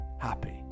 happy